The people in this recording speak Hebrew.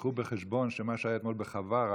שייקחו בחשבון שמה שהיה אתמול בחווארה,